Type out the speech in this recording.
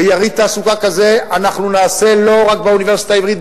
ויריד תעסוקה כזה אנחנו נעשה לא רק באוניברסיטה העברית,